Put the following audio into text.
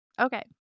okay